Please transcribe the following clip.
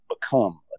become